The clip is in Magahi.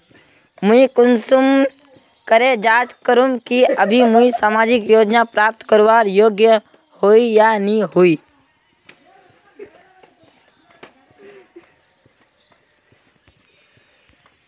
मुई कुंसम करे जाँच करूम की अभी मुई सामाजिक योजना प्राप्त करवार योग्य होई या नी होई?